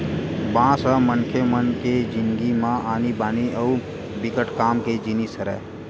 बांस ह मनखे मन के जिनगी म आनी बानी अउ बिकट काम के जिनिस हरय